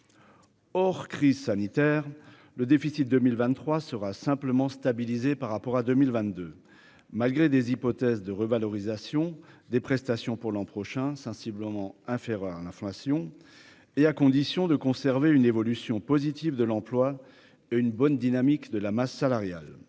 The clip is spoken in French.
or crise sanitaire, le déficit 2023 sera simplement stabilisé par rapport à 2022 malgré des hypothèses de revalorisation des prestations pour l'an prochain, sensiblement inférieur à l'inflation et à condition de conserver une évolution positive de l'emploi, une bonne dynamique de la masse salariale.